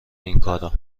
اینکارا